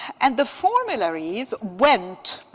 and the formularies went,